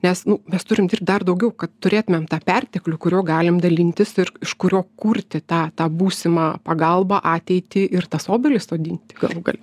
nes nu mes turim dirbt dar daugiau kad turėtumėm tą perteklių kuriuo galim dalintis ir iš kurio kurti tą tą būsimą pagalbą ateitį ir tas obelis sodinti galų gale